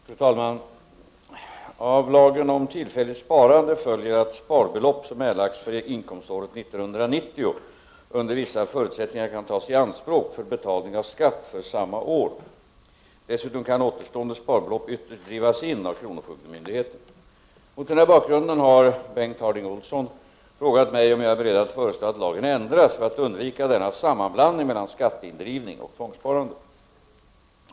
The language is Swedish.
Fru talman! Av lagen om tillfälligt sparande följer att sparbelopp som erlagts för inkomståret 1990 under vissa förutsättningar kan tas i anspråk för betalning av skatt för samma år. Dessutom kan återstående sparbelopp ytterst drivas in av kronofogdemyndigheten. Mot denna bakgrund har Bengt Harding Olson frågat mig om jag är beredd att föreslå att lagen ändras för att undvika denna sammanblandning mellan skatteindrivning och tvångssparande.